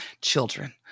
children